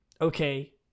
okay